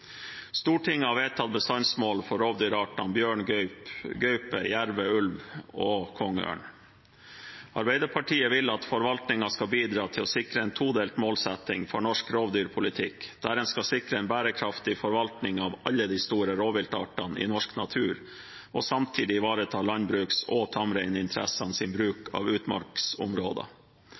Stortinget har vedtatt bestandsmål for rovdyrartene bjørn, gaupe, jerv, ulv og kongeørn. Arbeiderpartiet vil at forvaltningen skal bidra til å sikre en todelt målsetting for norsk rovdyrpolitikk der en skal sikre en bærekraftig forvaltning av alle de store rovviltartene i norsk natur, og samtidig ivareta landbruks- og tamreininteressenes bruk av utmarksområder